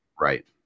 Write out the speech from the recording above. Right